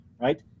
right